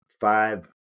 five